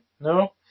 No